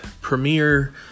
premiere